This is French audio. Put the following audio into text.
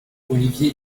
olivier